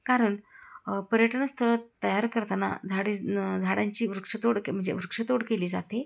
कारण पर्यटन स्थळं तयार करताना झाडी झाडांची वृक्षतोड के म्हणजे वृक्षतोड केली जाते